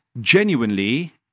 Genuinely